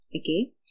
Okay